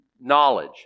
knowledge